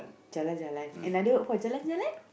jalan-jalan another word for jalan-jalan